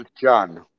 John